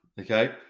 okay